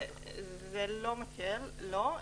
זה לא מקל, לא.